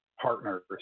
partners